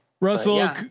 Russell